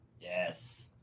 Yes